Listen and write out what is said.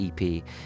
EP